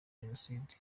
jenoside